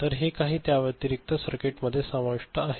तर हे काही त्याव्यतिरिक्त सर्किटमध्ये समाविष्ट आहे